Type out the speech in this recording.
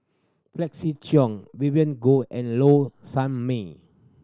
Felix Cheong Vivien Goh and Low Sanmay